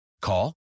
Call